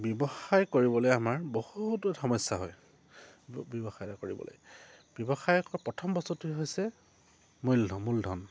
ব্যৱসায় কৰিবলৈ আমাৰ বহুত সমস্যা হয় ব্যৱসায় কৰিবলৈ ব্যৱসায়কৰ প্ৰথম বস্তুটোৱে হৈছে মূলধন মূলধন